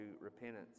repentance